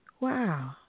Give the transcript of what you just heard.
Wow